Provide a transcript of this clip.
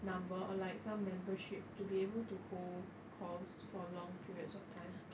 number or like some membership to be able to hold calls for long periods of time